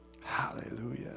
Hallelujah